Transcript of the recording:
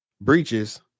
breaches